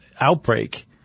outbreak